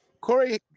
Corey